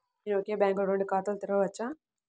నేను ఒకే బ్యాంకులో రెండు ఖాతాలు తెరవవచ్చా?